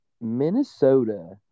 Minnesota